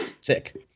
Sick